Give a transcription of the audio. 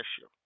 issue